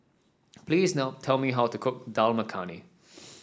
please no tell me how to cook Dal Makhani